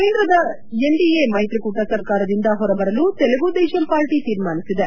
ಕೇಂದ್ರದ ಎನ್ಡಿಎ ಮೈತ್ರಿಕೂಟ ಸರ್ಕಾರದಿಂದ ಹೊರಬರಲು ತೆಲುಗು ದೇಶಂ ಪಾರ್ಟ ತೀರ್ಮಾನಿಸಿದೆ